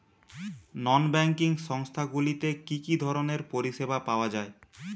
নন banking সংস্থা গুলিতে কি কি ধরনের পরিসেবা পাওয়া য়ায়?